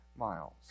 miles